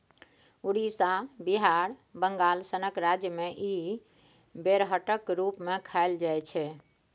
उड़ीसा, बिहार, बंगाल सनक राज्य मे इ बेरहटक रुप मे खाएल जाइ छै